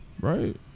right